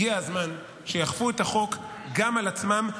הגיע הזמן שיאכפו את החוק גם על עצמן,